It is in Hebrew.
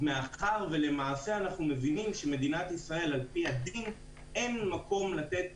אנחנו מבינים שבמדינת ישראל על פי הדין אין מקום לתת